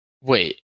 Wait